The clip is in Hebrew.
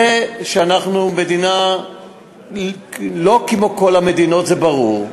זה שאנחנו מדינה לא כמו כל המדינות, זה ברור.